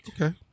Okay